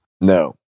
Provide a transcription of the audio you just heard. No